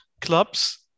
clubs